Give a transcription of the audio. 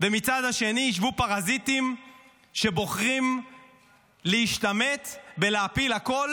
ומהצד השני ישבו פרזיטים שבוחרים להשתמט ולהפיל הכול